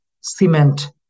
cement